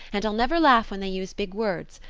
and i'll never laugh when they use big words.